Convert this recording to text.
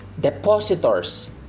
depositors